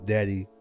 Daddy